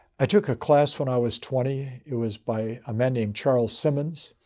i took a class when i was twenty. it was by a man named charles simmons.